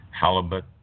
halibut